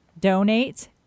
Donate